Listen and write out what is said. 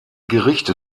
gerichte